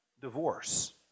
divorce